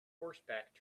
horseback